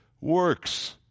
works